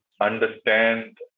understand